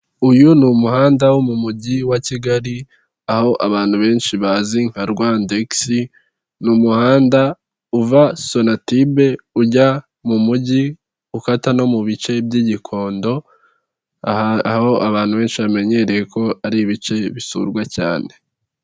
Uyu ni umuhanda wo mu mujyi wa Kigali aho abantu benshi bazi nka rwandegisi, ni umuhanda uva sonatibe ujya mu mujyi ukata no mu bice by'i Gikondo, aho abantu benshi bamenyereye ko ari ibice bisurwa cyane.